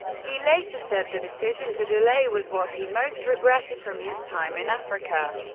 he later said the decision to delay was what he most regretted from his time in africa.